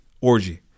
orgy